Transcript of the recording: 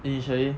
initially